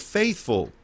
faithful